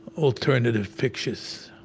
alternative pictures.